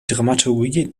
dramaturgie